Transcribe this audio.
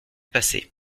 passer